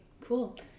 Cool